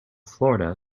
florida